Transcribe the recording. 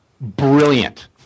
Brilliant